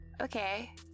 Okay